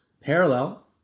parallel